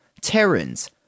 Terrans